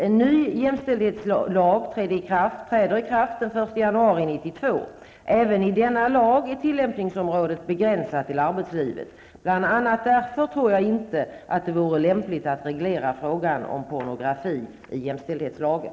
En ny jämställdhetslag träder i kraft den 1 januari 1992 . Även i denna lag är tillämpningsområdet begränsat till arbetslivet. Bl.a. därför tror jag inte att det vore lämpligt att reglera frågan om pornografi i jämställdhetslagen.